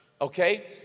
Okay